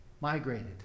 migrated